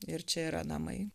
ir čia yra namai